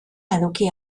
eduki